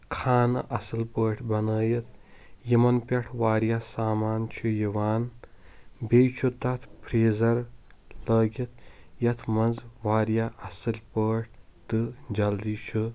خانہٕ اصل پٲٹھۍ بنٲیتھ یمن پٮ۪ٹھ واریاہ سامان چھُ یِوان بییٚہِ چھُ تتھ فریٖزر لٲگِتھ یتھ منٛز واریاہ اصل پٲٹھۍ تہٕ جلدی چھُ